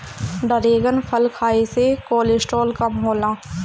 dragon फल खाए से कोलेस्ट्राल कम होला